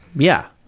yeah,